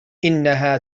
إنها